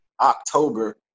October